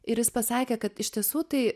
ir jis pasakė kad iš tiesų tai